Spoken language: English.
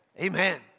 amen